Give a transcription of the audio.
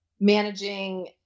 managing